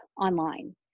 online